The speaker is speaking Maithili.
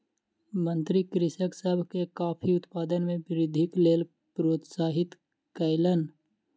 मंत्री कृषक सभ के कॉफ़ी उत्पादन मे वृद्धिक लेल प्रोत्साहित कयलैन